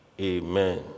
Amen